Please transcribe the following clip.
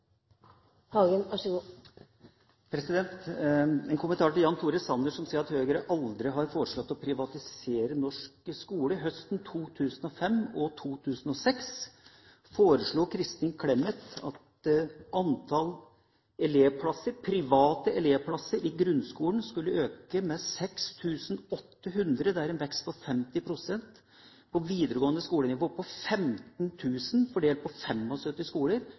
ha det. Det er mange på sosialhjelp som virkelig kunne greid seg bedre hvis kommunen ved Nav hadde fulgt opp sine forpliktelser, som de har etter lov om sosiale tjenester. En kommentar til Jan Tore Sanner, som sier at Høyre aldri har foreslått å privatisere norsk skole. Høsten 2005 og 2006 foreslo Kristin Clemet at antall private elevplasser i grunnskolen skulle øke med